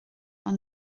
ond